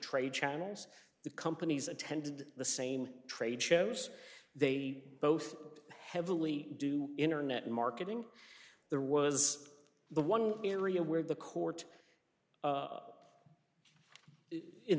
trade channels the companies attended the same trade shows they both heavily do internet marketing there was the one area where the court